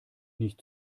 nicht